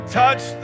touch